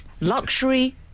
Luxury